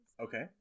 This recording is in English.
Okay